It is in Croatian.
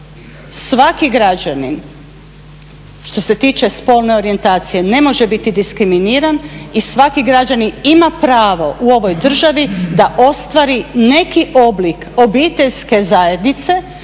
svaka građanin što se tiče spolne orijentacije ne može biti diskriminiran i svaki građanin ima pravo u ovoj državi da ostavi neki oblik obiteljske zajednice